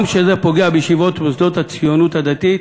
גם כשזה פוגע בישיבות ומוסדות הציונות הדתית,